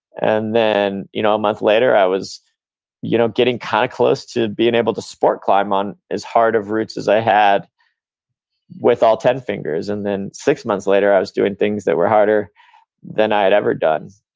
and then, you know a month later i was you know getting kind of close to being able to sport climb on his heart of roots as i had with all ten fingers. and then six months later, i was doing things that were harder than i had ever done.